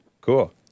Cool